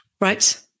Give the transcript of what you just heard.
Right